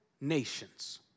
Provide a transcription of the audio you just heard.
nations